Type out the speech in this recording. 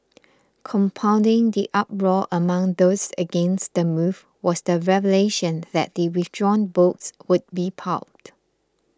compounding the uproar among those against the move was the revelation that the withdrawn books would be pulped